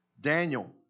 Daniel